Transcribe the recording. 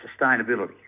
sustainability